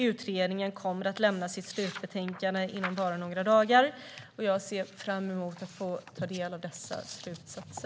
Utredningen kommer att lämna sitt slutbetänkande inom bara några dagar, och jag ser fram emot att få ta del av utredningens slutsatser.